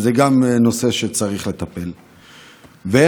וגם זה נושא שצריך לטפל בו.